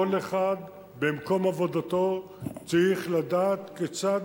כל אחד במקום עבודתו צריך לדעת כיצד